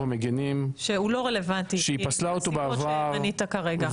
המגינים -- שהוא לא רלוונטי מהסיבות שמנית כרגע?